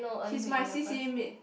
he's my c_c_a mate